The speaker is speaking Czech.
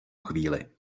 chvíli